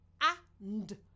A-N-D